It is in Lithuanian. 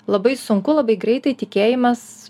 labai sunku labai greitai tikėjimas